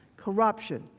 corruption.